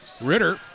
Ritter